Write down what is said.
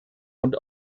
und